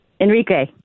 Enrique